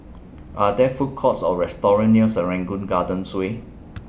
Are There Food Courts Or restaurants near Serangoon Gardens Way